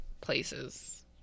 places